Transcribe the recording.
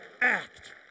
act